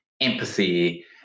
empathy